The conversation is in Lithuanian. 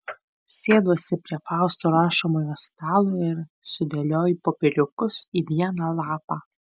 sėduosi prie fausto rašomojo stalo ir sudėlioju popieriukus į vieną lapą